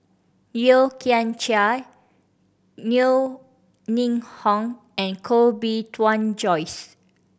Yeo Kian Chai Yeo Ning Hong and Koh Bee Tuan Joyce